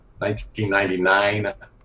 1999